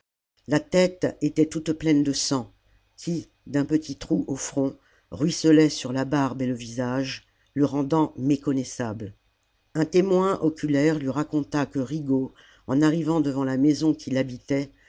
la tête était toute pleine de sang qui d'un petit trou au front ruisselait sur la barbe et le visage le rendant méconnaissable un témoin oculaire lui raconta que rigaud en arrivant devant la maison qu'il habitait